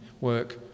work